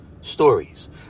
stories